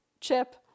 chip